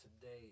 today